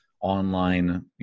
online